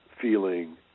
feeling